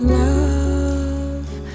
love